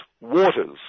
Waters